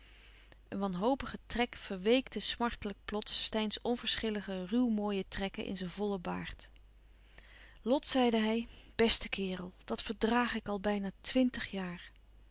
een wanhopige trek verweekte smartelijk plots steyns onverschillige ruw mooie trekken in zijn vollen baard lot zeide hij beste kerel dat verdraag ik al bijna twintig jaar